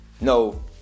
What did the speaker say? no